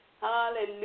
Hallelujah